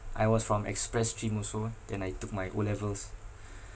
I was from express stream also then I took my O levels